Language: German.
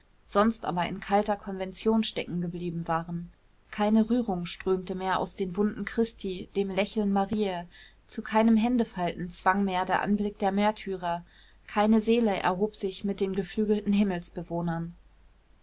sonst aber in kalter konvention stecken geblieben waren keine rührung strömte mehr aus den wunden christi dem lächeln mariä zu keinem händefalten zwang mehr der anblick der märtyrer keine seele erhob sich mit den geflügelten